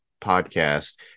podcast